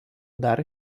dar